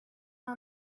saw